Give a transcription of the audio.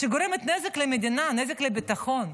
שגורמת נזק למדינה, נזק לביטחון.